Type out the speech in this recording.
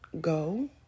go